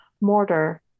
Mortar